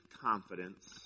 confidence